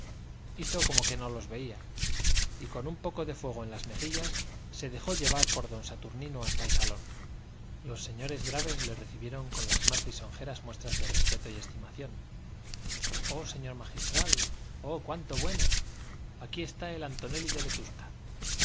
hizo como que no los veía y con un poco de fuego en las mejillas se dejó llevar por don saturnino hasta el salón los señores graves le recibieron con las más lisonjeras muestras de respeto y estimación oh señor magistral oh cuánto bueno aquí está el antonelli de vetusta